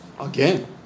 Again